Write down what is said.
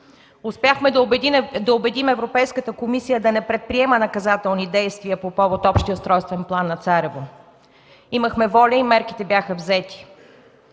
Успяхме да убедим Европейската комисия да не предприема наказателни действия по повод общия устройствен план на Царево. Имахме воля и мерките бяха взети.